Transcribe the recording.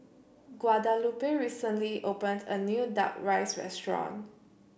Guadalupe recently opened a new Duck Rice Restaurant